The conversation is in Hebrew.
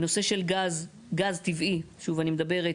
נושא של גז, גז טבעי, שוב אני מדברת,